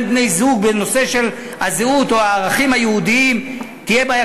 בני-זוג בנושא של הזהות או הערכים היהודיים תהיה בעיה,